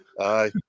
Aye